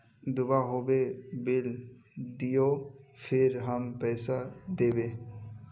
दूबा होबे बिल दियो फिर हम पैसा देबे?